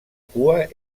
cua